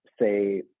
say